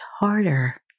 harder